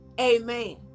amen